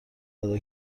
ادا